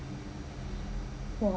!wah!